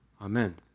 Amen